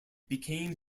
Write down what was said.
became